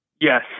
Yes